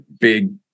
big –